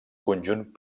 conjunt